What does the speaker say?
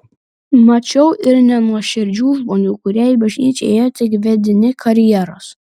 mačiau ir nenuoširdžių žmonių kurie į bažnyčią ėjo tik vedini karjeros